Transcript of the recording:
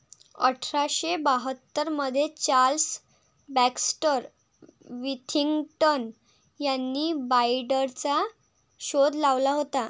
अठरा शे बाहत्तर मध्ये चार्ल्स बॅक्स्टर विथिंग्टन यांनी बाईंडरचा शोध लावला होता